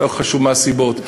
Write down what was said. ולא חשוב מה הסיבות,